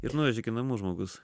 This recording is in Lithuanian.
ir nuvežė iki namų žmogus